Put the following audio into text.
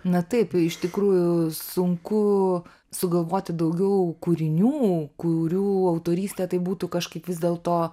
na taip iš tikrųjų sunku sugalvoti daugiau kūrinių kurių autorystė tai būtų kažkaip vis dėlto